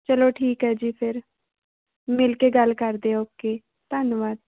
ਚਲੋ ਠੀਕ ਹੈ ਜੀ ਫਿਰ ਮਿਲਕੇ ਗੱਲ ਕਰਦੇ ਓਕੇ ਧੰਨਵਾਦ